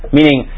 Meaning